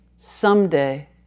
someday